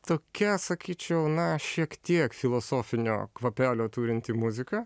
tokia sakyčiau na šiek tiek filosofinio kvapelio turinti muzika